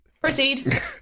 Proceed